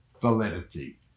validity